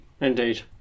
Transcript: Indeed